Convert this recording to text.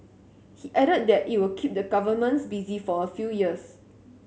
he added that it will keep the governments busy for a few years